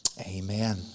Amen